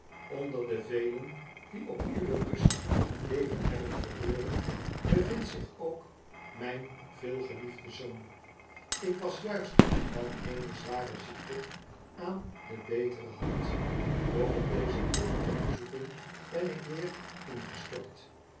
onder de velen die op uwe kust t leven hebben verloren bevindt zich ook mijn veelgeliefde zoon ik was juist van eene zware ziekte aan de betere hand doch op deze droevige bezoeking ben ik weer ingestort